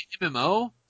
MMO